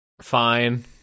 Fine